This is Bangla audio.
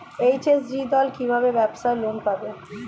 এস.এইচ.জি দল কী ভাবে ব্যাবসা লোন পাবে?